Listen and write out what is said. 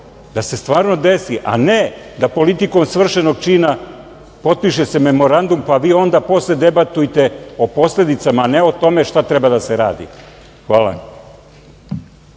da se stvarno desi, a ne politikom svršenog čina potpiše se memorandum, pa vi onda posle debatujte o posledicama, a ne o tome šta treba da se radi. Hvala